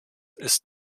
ist